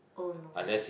oh no